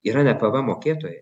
yra ne pvm mokėtojai